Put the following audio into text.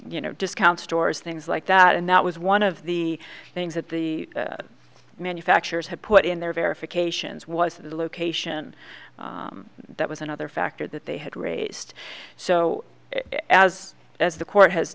you know discount stores things like that and that was one of the things that the manufacturers had put in their verifications was the location that was another factor that they had raised so as as the court has